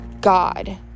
God